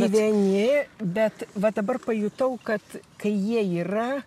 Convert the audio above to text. gyveni bet va dabar pajutau kad kai jie yra